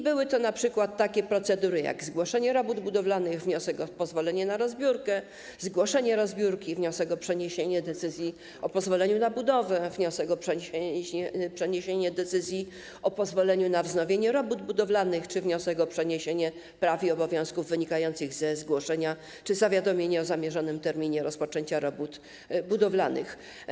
Były to np. takie procedury jak zgłoszenie robót budowalnych, wniosek o pozwolenie na rozbiórkę, zgłoszenie rozbiórki, wniosek o przeniesienie decyzji o pozwoleniu na budowę, wniosek o przeniesienie decyzji o pozwoleniu na wznowienie robót budowlanych, wniosek o przeniesienie praw i obowiązków wynikających ze zgłoszenia czy zawiadomienie o zamierzonym terminie rozpoczęcia robót budowlanych.